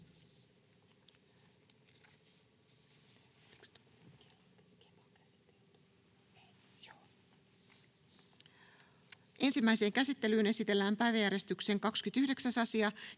Ensimmäiseen käsittelyyn esitellään päiväjärjestyksen 27. asia.